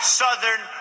southern